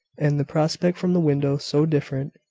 and the prospect from the window so different,